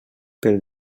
pel